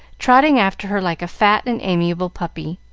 trotting after her like a fat and amiable puppy.